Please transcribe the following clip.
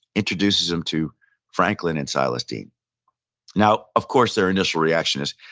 introduces him to franklin and silas dean now, of course, their initial reaction is,